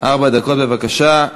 ארבע דקות, בבקשה.